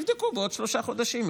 שיבדקו בעוד שלושה חודשים.